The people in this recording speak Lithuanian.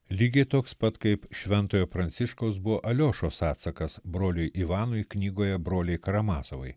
lygiai toks pat kaip šventojo pranciškaus buvo aliošos atsakas broliui ivanui knygoje broliai karamazovai